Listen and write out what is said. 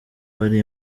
hari